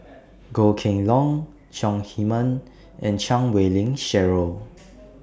Goh Kheng Long Chong Heman and Chan Wei Ling Cheryl